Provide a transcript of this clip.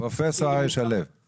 מסביר יותר.